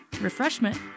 refreshment